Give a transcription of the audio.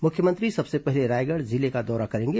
मुख्यमंत्री सबसे पहले रायगढ़ जिले का दौरा करेंगे